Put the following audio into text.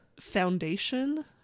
foundation